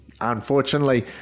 Unfortunately